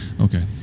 Okay